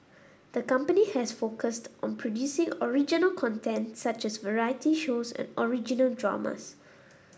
the company has focused on producing original content such as variety shows and original dramas